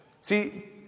See